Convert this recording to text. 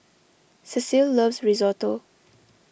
Cecil loves Risotto